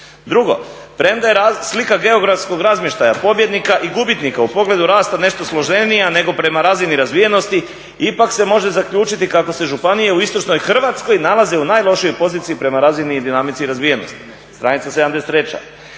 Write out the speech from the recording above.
Drugo, premda je slika geografskog razmještaja pobjednika i gubitnika u pogledu rasta nešto složenija nego prema razini razvijenosti ipak se može zaključiti kako se županije u istočnoj Hrvatskoj nalaze u najlošijoj poziciji prema razini i dinamici razvijenosti, str. 73.